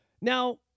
Now